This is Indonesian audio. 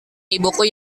ibuku